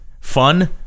fun